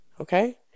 Okay